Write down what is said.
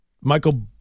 Michael